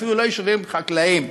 אפילו לא יישובים חקלאיים.